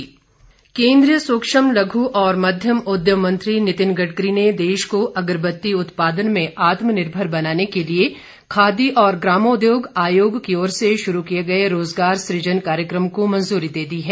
आत्मनिर्भर सूक्ष्म लघु और मध्यम उद्यम मंत्री नितिन गडकरी ने देश को अगरबत्ती उत्पादन में आत्मनिर्भर बनाने के लिए खादी और गामोद्योग आयोग की ओर से शुरू किए गए रोजगार सृजन कार्यक्रम को मंजूरी दे दी है